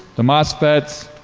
the mosfets,